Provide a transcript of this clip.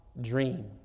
dream